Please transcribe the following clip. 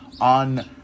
on